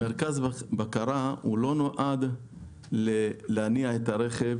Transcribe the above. מרכז הבקרה לא נועד להניע את הרכב